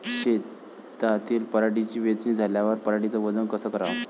शेतातील पराटीची वेचनी झाल्यावर पराटीचं वजन कस कराव?